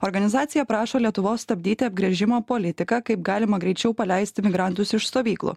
organizacija prašo lietuvos stabdyti apgręžimo politiką kaip galima greičiau paleisti migrantus iš stovyklų